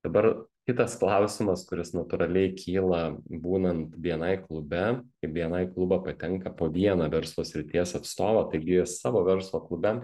dabar kitas klausimas kuris natūraliai kyla būnant bni klube į bni klubą patenka po vieną verslo srities atstovą taigi savo verslo klube